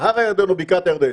נהר הירדן או בקעת הירדן.